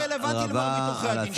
לא כשהוא רלוונטי למרבית עורכי הדין.